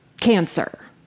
Cancer